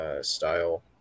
style